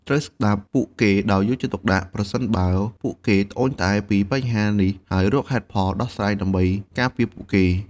ត្រូវស្តាប់ពួកគេដោយយកចិត្តទុកដាក់ ប្រសិនបើពួកគេត្អូញត្អែរពីបញ្ហាទាំងនេះ ហើយរកដំណោះស្រាយដើម្បីការពារពួកគេ។